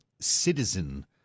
citizen